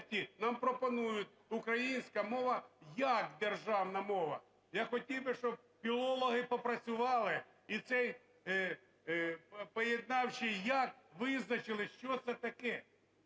нам пропонують: українська мова як державна мова. Я хотів би, щоб філологи попрацювали і цей поєднавчий "як" визначили, що це таке,